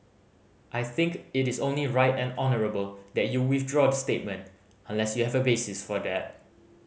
I think it is only right and honourable that you withdraw the statement unless you have a basis for that